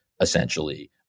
essentially